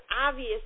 obvious